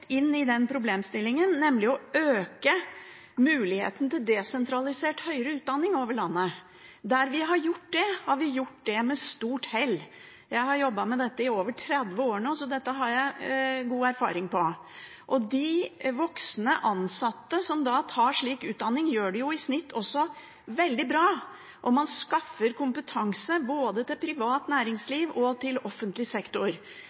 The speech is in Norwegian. inn i den problemstillingen, nemlig å øke muligheten til desentralisert høyere utdanning over hele landet. Der vi har gjort det, har vi gjort det med stort hell. Jeg har jobbet med dette i over 30 år nå, så det har jeg god erfaring med. De voksne ansatte som tar slik utdanning, gjør det i snitt også veldig bra, og man skaffer kompetanse både til privat næringsliv og til offentlig sektor.